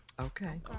Okay